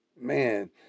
Man